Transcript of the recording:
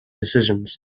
decisions